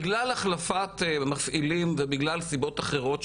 בגלל החלפת מפעילים ובגלל סיבות אחרות,